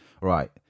Right